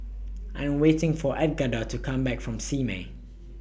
I'm waiting For Edgardo to Come Back from Simei